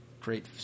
great